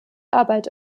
arbeit